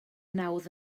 nawdd